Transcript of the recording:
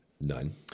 None